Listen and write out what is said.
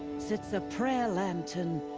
sits a prayer lantern.